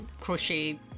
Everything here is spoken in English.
crochet